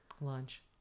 lunch